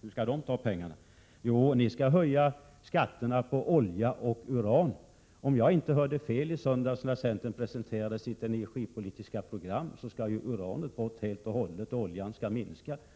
Hur skall centern ta pengarna? Jo, ni skall höja skatterna på olja och uran. Om jag inte hörde fel i söndags, när centern presenterade sitt energipolitiska program, skall ju uranet bort helt och hållet och oljan skall minskas.